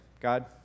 God